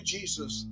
Jesus